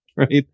Right